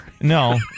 No